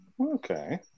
Okay